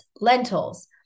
lentils